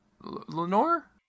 lenore